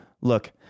look